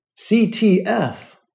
CTF